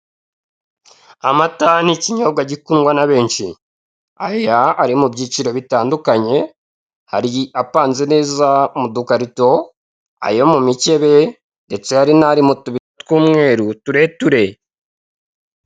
Amata ni ikinyobwa gikundwa na benshi aya ari mu byiciro bitandukanye hari apanze neza mudukarito, ayo mu mikebe ndetse hari n'ari mu tubido tw'umweru tureture.